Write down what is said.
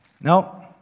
No